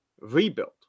rebuild